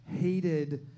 hated